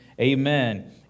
Amen